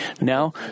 Now